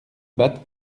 bad